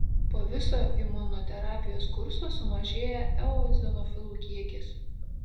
po viso imunoterapijos kurso sumažėja eozinofilų kiekis